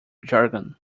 jargon